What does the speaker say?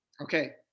Okay